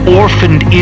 orphaned